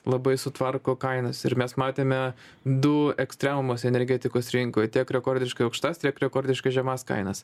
labai sutvarko kainas ir mes matėme du ekstremumus energetikos rinkoj tiek rekordiškai aukštas tiek rekordiškai žemas kainas